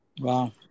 Wow